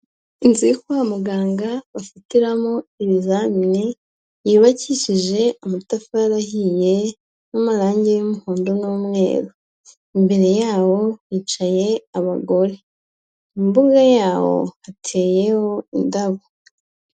Inzu yo kwa muganga bafatiramo ibizamini, yubakishije amatafari ahiye n'amarangi y'umuhondo n'umweru. Imbere yawo hicaye abagore. Mu mbuga yawo, hateyeho indabo.